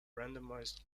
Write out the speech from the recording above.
randomized